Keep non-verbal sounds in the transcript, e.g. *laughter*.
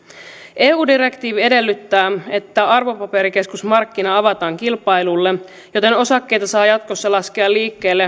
eu direktiivi edellyttää että arvopaperikeskusmarkkinat avataan kilpailulle joten osakkeita saa jatkossa laskea liikkeelle *unintelligible*